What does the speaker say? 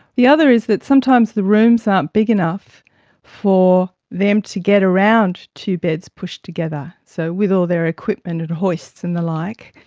the other is that sometimes the rooms aren't big enough for them to get around two beds pushed together, so with all their equipment and hoists and the like.